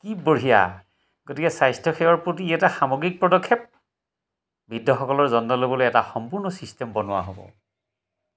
কি বঢ়িয়া গতিকে স্বাস্থ্যসেৱাৰ প্ৰতি ই এটা সামগ্ৰিক পদক্ষেপ বৃদ্ধসকলৰ যত্ন ল'বলৈ এটা সম্পূৰ্ণ ছিষ্টেম বনোৱা হ'ব